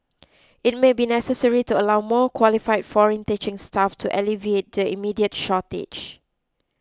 it may be necessary to allow more qualify foreign teaching staff to alleviate the immediate shortage